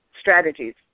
strategies